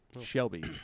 Shelby